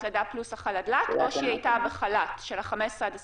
לידה פלוס חל"ת או שהייתה בחל"ת של ה-15 עד ה-26.